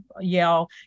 yell